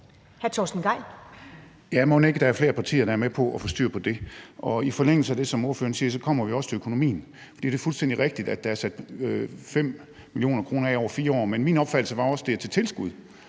Ja, mon ikke der er flere partier, der er med på at få styr på det. I forlængelse af det, som ordføreren siger, kommer vi også til økonomien. For det er fuldstændig rigtigt, at der er sat 5 mio. kr. af over 4 år, men min opfattelse er også, at det er til tilskud,